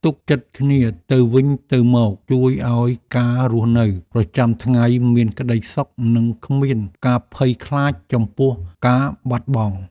ទុកចិត្តគ្នាទៅវិញទៅមកជួយឱ្យការរស់នៅប្រចាំថ្ងៃមានក្តីសុខនិងគ្មានការភ័យខ្លាចចំពោះការបាត់បង់។